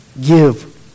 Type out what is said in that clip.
Give